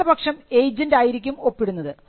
അല്ലാത്തപക്ഷം ഏജന്റ് ആയിരിക്കും ഒപ്പിടുന്നത്